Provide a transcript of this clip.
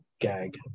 gag